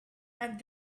and